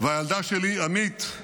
והילדה שלי, עמית,